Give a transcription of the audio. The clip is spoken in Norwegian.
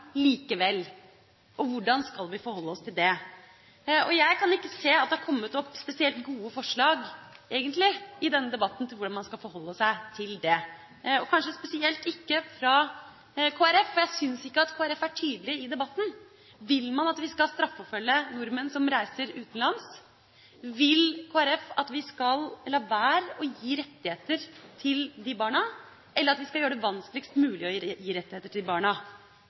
likevel, og hvordan vi skal forholde oss til det. Jeg kan ikke se at det har kommet opp spesielt gode forslag, egentlig, i denne debatten til hvordan man skal forholde seg til det, kanskje spesielt ikke fra Kristelig Folkeparti. Jeg syns ikke at Kristelig Folkeparti er tydelig i debatten. Vil man at vi skal straffeforfølge nordmenn som reiser utenlands for å skaffe seg barn? Vil Kristelig Folkeparti at vi skal la være å gi rettigheter til disse barna, eller at vi skal gjøre det vanskeligst mulig å gi rettigheter til barna?